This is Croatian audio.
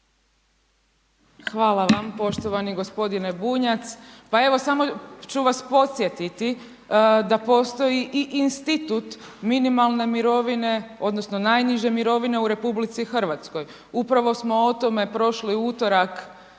Hvala vam. poštovani gospodine Bunjac, pa evo samo ću vas podsjetiti da postoji i institut minimalne mirovine, odnosno najniže mirovine u RH. Upravo smo o tome prošli utorak